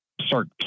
start